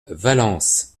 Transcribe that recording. valence